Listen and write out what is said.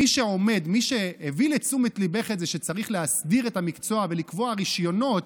מי שהביא לתשומת ליבך את זה שצריך להסדיר את המקצוע ולקבוע רישיונות,